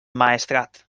maestrat